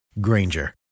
Granger